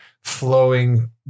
flowing